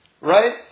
Right